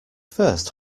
first